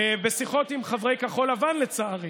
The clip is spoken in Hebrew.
בשיחות עם חברי כחול לבן, לצערי,